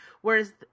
Whereas